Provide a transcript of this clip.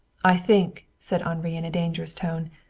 i think, said henri in a dangerous tone,